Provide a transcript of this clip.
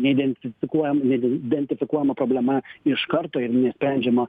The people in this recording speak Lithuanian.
neidentifikuojam neidentifikuojama problema iš karto ir neišsprendžiama